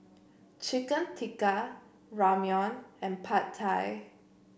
Chicken Tikka Ramyeon and Pad Thai